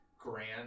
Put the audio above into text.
grand